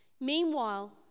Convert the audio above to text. Meanwhile